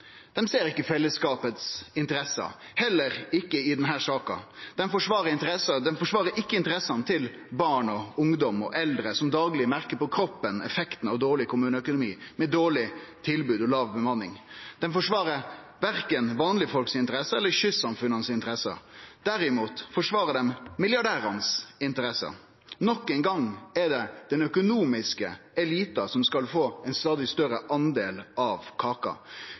ser ikkje fellesskapet sine interesser, heller ikkje i denne saka, dei forsvarer ikkje interessene til barn og ungdom og eldre som dagleg merkar på kroppen effekten av dårleg kommuneøkonomi med dårlege tilbod og låg bemanning. Dei forsvarer verken vanlege folk sine interesser eller kystsamfunna sine interesser. Derimot forsvarer dei milliardærane sine interesser. Endå ein gong er det den økonomiske eliten som skal få ein stadig større del av kaka.